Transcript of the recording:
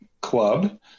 club